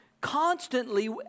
constantly